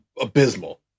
abysmal